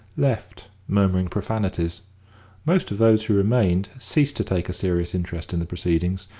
left, murmuring profanities most of those who remained ceased to take a serious interest in the proceedings,